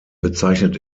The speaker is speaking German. bezeichnet